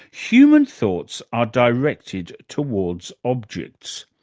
human thoughts are directed towards objects,